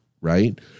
right